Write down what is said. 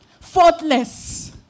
Faultless